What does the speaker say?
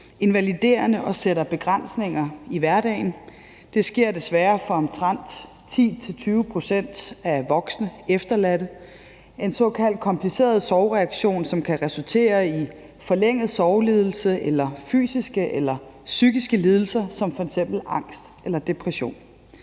invaliderende og sætter begrænsninger i hverdagen. Det sker desværre for omtrent 10-20 pct. af voksne efterladte – en såkaldt kompliceret sorgreaktion, som kan resultere i forlænget sorglidelse eller fysiske eller psykiske lidelser som f.eks. angst eller depression.